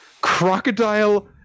Crocodile